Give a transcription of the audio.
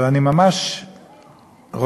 אבל אני ממש רותח